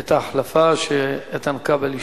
את ההחלפה, שאיתן כבל ישאל.